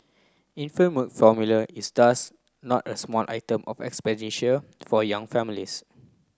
infant milk formula is thus not a small item of expenditure for young families